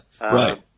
Right